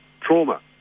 trauma